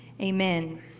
Amen